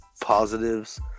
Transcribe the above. positives